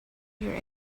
your